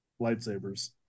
lightsabers